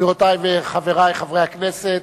גבירותי וחברי חברי הכנסת,